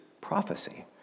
prophecy